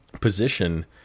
position